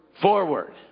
forward